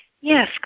Yes